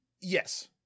Yes